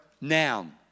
Noun